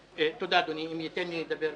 תודה, אדוני, אם ייתן לי לדבר.